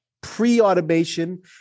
pre-automation